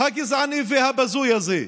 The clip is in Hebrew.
הגזעני והבזוי הזה.